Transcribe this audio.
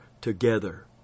together